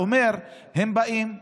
אומר שהם באים,